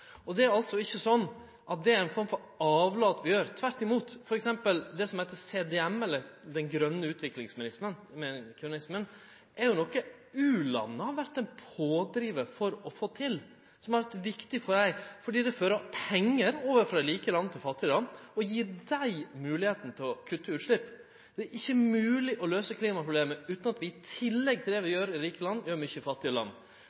Det er altså ikkje sånn at det er ei form for avlat – tvert imot. For eksempel er det som heiter CDM, eller Den grønne utviklingsmekanismen, noko som u-landa har vore ein pådrivar for å få til, og som har vore viktig for dei, fordi det overfører pengar frå rike til fattige land og gjev dei moglegheita til å kutte i utslepp. Det er ikkje mogleg å løyse klimaproblemet utan at vi i tillegg til det vi gjer i rike land, gjer mykje i fattige land.